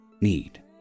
Need